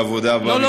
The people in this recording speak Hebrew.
בעבודה במשטרה.